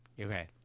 Okay